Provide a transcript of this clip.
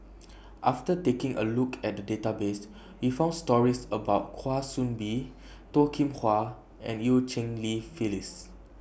after taking A Look At The databases We found stories about Kwa Soon Bee Toh Kim Hwa and EU Cheng Li Phyllis